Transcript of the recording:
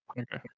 Okay